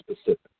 specific